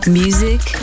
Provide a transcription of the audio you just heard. music